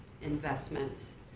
investments